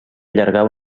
allargar